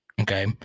okay